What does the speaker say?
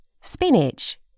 spinach